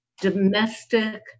domestic